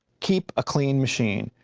keep a clean machine.